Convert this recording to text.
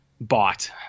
bought